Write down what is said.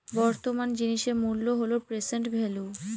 বর্তমান জিনিসের মূল্য হল প্রেসেন্ট ভেল্যু